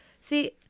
see